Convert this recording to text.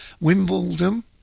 Wimbledon